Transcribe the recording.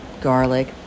garlic